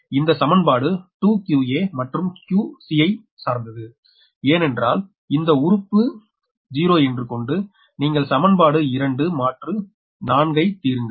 இந்த சமன்பாடு 2 𝑞𝑎 மற்றும் 𝑞𝑐 ஐ சார்ந்தது ஏனென்றால் இந்த உறுப்பு 0 என்று கொண்டு நீங்கள் சமன்பாடு 2 மாற்று 4 ஐ தீருங்கள்